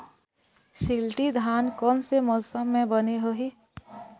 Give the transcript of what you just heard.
शिल्टी धान कोन से मौसम मे बने होही?